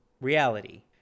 reality